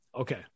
Okay